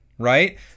right